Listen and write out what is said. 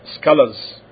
scholars